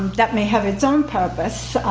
that may have its own purpose.